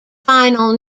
final